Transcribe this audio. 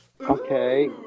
Okay